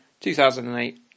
2008